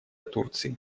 турции